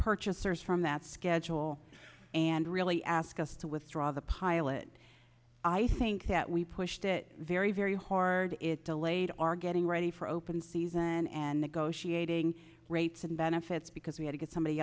purchasers from that schedule and really ask us to withdraw the pilot i think that we pushed it very very hard it delayed our getting ready for open season and negotiating rates and benefits because we had to get somebody